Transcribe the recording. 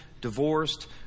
divorced